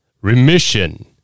remission